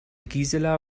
gisela